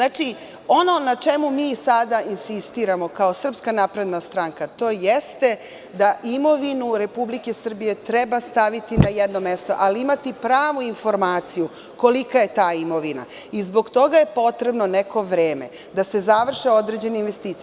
Ono na čemu mi insistiramo, kao SNS, to jeste da imovinu Republike Srbije treba staviti na jedno mesto, ali imati pravu informaciju kolika je ta imovina, i zbog toga je potrebno neko vreme, da se završe određene investicije.